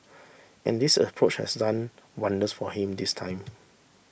and this approach has done wonders for him this time